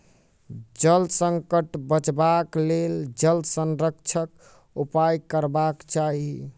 जल संकट सॅ बचबाक लेल जल संरक्षणक उपाय करबाक चाही